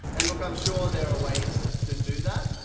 and look, i'm sure there are ways to do that.